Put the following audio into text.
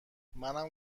منم